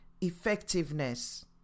effectiveness